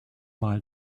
wahl